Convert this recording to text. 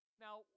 Now